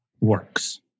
works